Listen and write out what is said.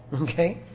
Okay